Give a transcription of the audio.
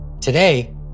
Today